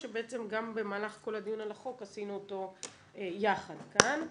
בעצם גם במהלך כל הדיון על החוק עשינו אותו יחד כאן,